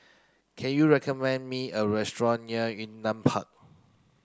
can you recommend me a restaurant near Yunnan Park